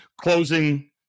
closing